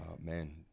man